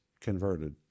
converted